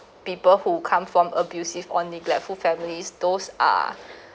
people who come from abusive or neglectful families those are